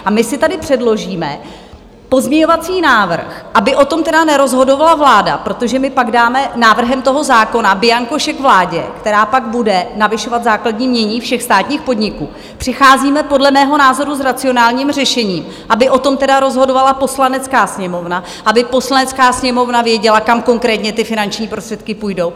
A my si tady předložíme pozměňovací návrh, aby o tom tedy nerozhodovala vláda, protože my pak dáme návrhem toho zákona bianko šek vládě, která pak bude navyšovat základní jmění všech státních podniků, přicházíme podle mého názoru s racionálním řešením, aby o tom tedy rozhodovala Poslanecká sněmovna, aby Poslanecká sněmovna věděla, kam konkrétní ty finanční prostředky půjdou.